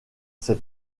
ses